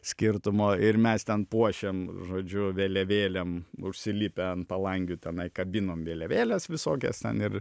skirtumo ir mes ten puošėm žodžiu vėliavėlėm užsilipę ant palangių tenai kabinom vėliavėles visokias ten ir